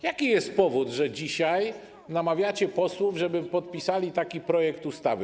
Jaki jest powód, że dzisiaj namawiacie posłów, żeby podpisali taki projekt ustawy?